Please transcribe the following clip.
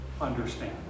Understand